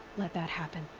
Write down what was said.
let that happen.